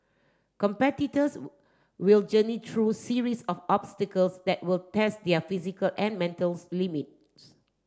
competitors will journey through series of obstacles that will test their physical and mental limits